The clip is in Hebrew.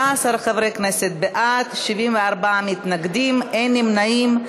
15 חברי כנסת בעד, 74 מתנגדים, אין נמנעים.